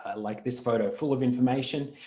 ah like this photo, full of information.